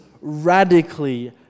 radically